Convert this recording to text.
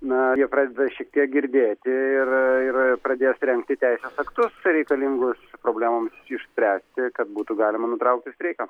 na jie pradeda šiek tiek girdėti ir ir pradės rengti teisės aktus reikalingus problemoms išspręsti kad būtų galima nutraukti streiką